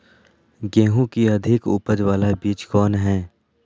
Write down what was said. गेंहू की अधिक उपज बाला बीज कौन हैं?